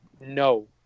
no